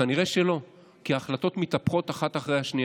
כנראה שלא, כי ההחלטות מתהפכות אחת אחרי השנייה.